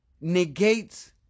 negates